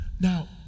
now